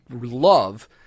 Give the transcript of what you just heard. love